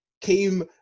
came